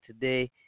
today